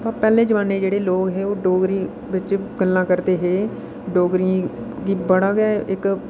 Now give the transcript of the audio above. प पैह्लें जमाने जेह्ड़े लोग हे ओह् डोगरी बिच्च गल्लां करदे हे डोगरें गी बड़ा गै इक